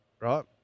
right